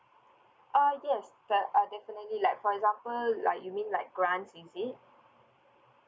uh yes de~ uh definitely like for example like you mean like grants is it